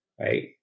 right